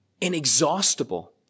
inexhaustible